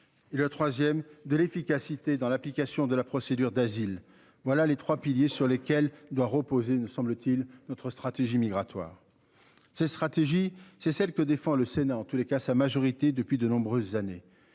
et le 3ème de l'efficacité dans l'application de la procédure d'asile. Voilà les trois piliers sur lesquels doit reposer ne semble-t-il notre stratégie migratoire. Ces stratégies, c'est celle que défend le Sénat en tous les cas sa majorité depuis de nombreuses années.